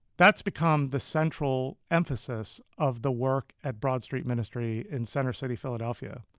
that's become the central emphasis of the work at broad street ministry in center city, philadelphia,